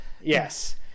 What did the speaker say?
Yes